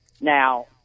Now